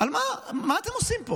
מה אתם עושים פה